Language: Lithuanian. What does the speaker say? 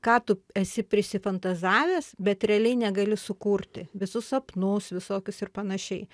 ką tu esi prisifantazavęs bet realiai negali sukurti visus sapnus visokius ir panašiai